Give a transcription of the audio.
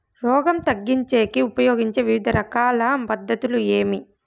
రోగం తగ్గించేకి ఉపయోగించే వివిధ రకాల పద్ధతులు ఏమి?